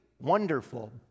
wonderful